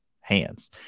hands